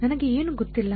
ನನಗೆ ಏನು ಗೊತ್ತಿಲ್ಲ